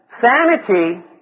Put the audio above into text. sanity